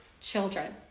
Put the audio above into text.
children